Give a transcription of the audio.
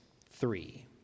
Three